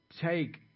take